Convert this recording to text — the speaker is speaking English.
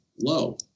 low